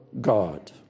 God